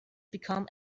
become